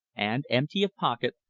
and, empty of pocket,